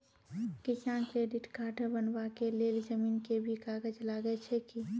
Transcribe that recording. किसान credit card बनबा के लेल जमीन के भी कागज लागै छै कि?